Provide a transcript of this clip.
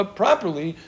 properly